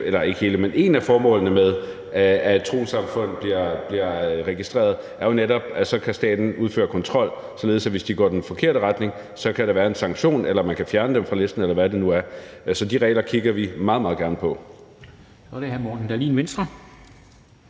gerne på, for et af formålene med, at et trossamfund bliver registreret, er jo netop, at staten så kan udføre kontrol, således at hvis de går i den forkerte retning, kan der være en sanktion, eller man kan fjerne dem fra listen, eller hvad det nu kunne være. Så de regler kigger vi meget, meget gerne på.